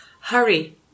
Hurry